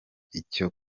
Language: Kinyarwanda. icyo